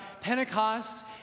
Pentecost